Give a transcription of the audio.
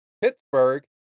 Pittsburgh